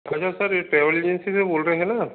अच्छा सर ये travel agency से बोल रहे हैं ना